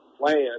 land